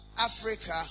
Africa